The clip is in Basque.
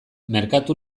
merkatu